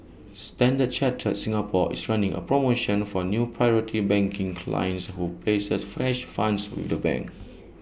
standard chartered Singapore is running A promotion for new priority banking clients who places fresh funds with the bank